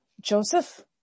Joseph